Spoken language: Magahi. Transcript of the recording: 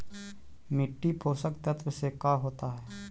मिट्टी पोषक तत्त्व से का होता है?